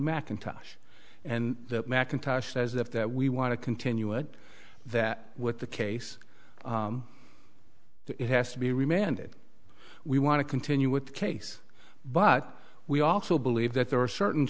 mcintosh and the macintosh says if that we want to continue it that with the case it has to be remanded we want to continue with the case but we also believe that there are certain